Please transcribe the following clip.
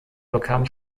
bekam